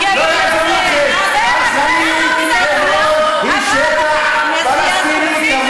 על חארם אברהים אל-שריף כאתר מורשת פלסטינית.